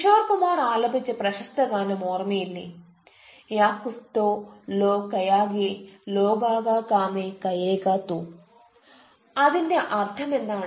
കിഷോർ കുമാർ ആലപിച്ച പ്രശസ്ത ഗാനം ഓർമ്മയില്ലേ യാ കുസ്തോ ലോ കയ്ഗായെ ലോഗോഗ കാമ കയെഗാ തോ അതിന്റെ അർത്ഥമെന്താണ്